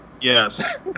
Yes